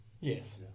Yes